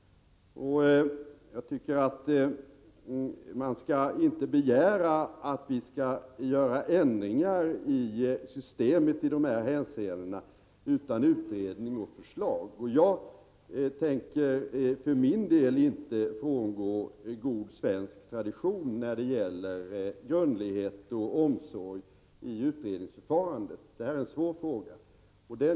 Man skall inte begära att vi skall göra ändringar i systemet i de här aktuella hänseendena utan att frågan har utretts och förslag har lagts fram. Jag för min del tänker inte frångå god svensk tradition när det gäller grundlighet och omsorg i utredningsförfarandet. Detta är en svår fråga.